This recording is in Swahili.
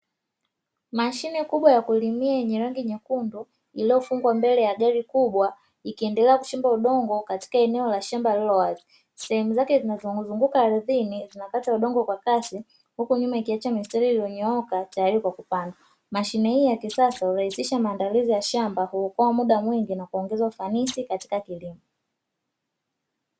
Mashine kubwa ya kulimia yenye rangi nyekundu iliofungwa mbele ya gari kubwa ikiendelea kuchimba udongo katika eneo la shamba lililowazi, sehemu zake zinazo zungukazunguka ardhini zinakata udongo kwa kasi huku nyuma ikiacha mistari ilionyooka tayari kwa kupandwa. Mashine hii ya kisasa hurahisisha maandalizi ya shamba, huokoa muda mwingi na kuongeza ufanisi katika kilimo.